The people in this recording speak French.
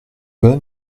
bonne